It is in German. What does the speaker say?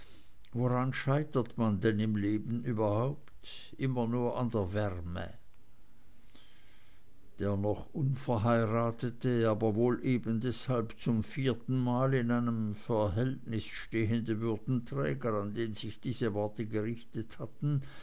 woran scheitert man denn im leben überhaupt immer nur an der wärme der noch unverheiratete aber wohl eben deshalb zum vierten male in einem verhältnis stehende würdenträger an den sich diese worte gerichtet hatten